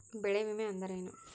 ಬೆಳೆ ವಿಮೆ ಅಂದರೇನು?